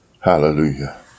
Hallelujah